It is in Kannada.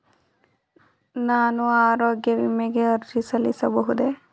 ನಾನು ಆರೋಗ್ಯ ವಿಮೆಗೆ ಅರ್ಜಿ ಸಲ್ಲಿಸಬಹುದೇ?